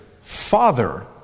Father